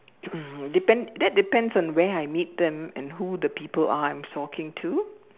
depend that depends on where I meet them and who the people are I'm talking to